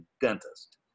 dentist